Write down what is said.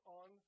on